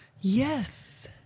Yes